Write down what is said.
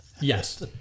Yes